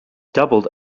doubled